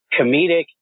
comedic